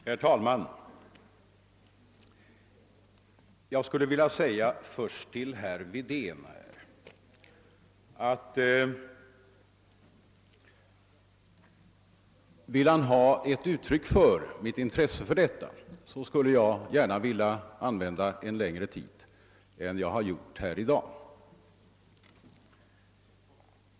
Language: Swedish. Herr talman! Jag vill först säga till herr Wedén, att om han vill ha ett uttryck för mitt intresse för dessa frågor skulle jag gärna vilja använda längre tid än jag gjort i dag.